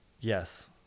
yes